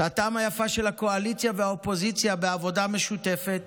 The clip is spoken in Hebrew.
שעתם היפה של הקואליציה והאופוזיציה בעבודה משותפת